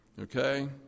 Okay